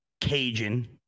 Cajun